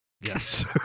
Yes